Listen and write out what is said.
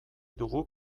dugu